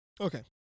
Okay